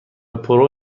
پرو